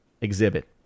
exhibit